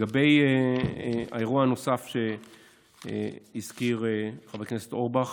לגבי האירוע הנוסף שהזכיר חבר הכנסת אורבך,